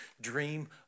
dream